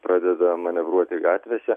pradeda manevruoti gatvėse